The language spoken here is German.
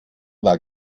war